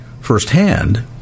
firsthand